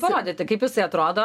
parodyti kaip jisai atrodo